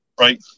Right